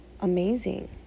amazing